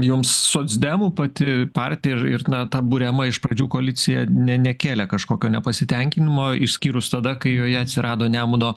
jums socdemų pati partija ir ir na ta buriama iš pradžių koalicija ne nekėlė kažkokio nepasitenkinimo išskyrus tada kai joje atsirado nemuno